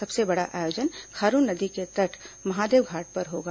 सबसे बड़ा आयोजन खारून नदी के तट महादेवघाट पर होगा